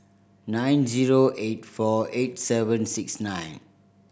nine zero eight four eight seven six nine